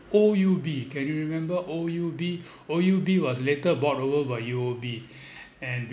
O_U_B can you remember O_U_B O_U_B was later bought over by U_O_B and